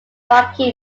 rocky